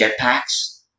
jetpacks